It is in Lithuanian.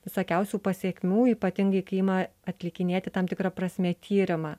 visokiausių pasekmių ypatingai kai ima atlikinėti tam tikra prasme tyrimą